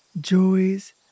joys